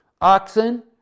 oxen